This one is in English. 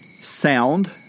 sound